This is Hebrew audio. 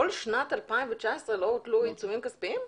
בכל שנת 2019 לא הוטלו עיצומים כספיים?